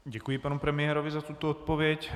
Děkuji panu premiérovi za tuto odpověď.